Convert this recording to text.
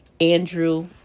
Andrew